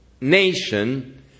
nation